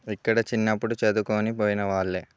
ఇక్కడ చిన్నప్పుడు చదువుకొని పోయిన వాళ్ళే